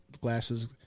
glasses